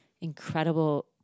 incredible